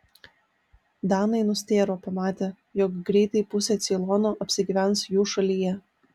danai nustėro pamatę jog greitai pusė ceilono apsigyvens jų šalyje